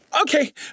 Okay